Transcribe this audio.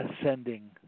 ascending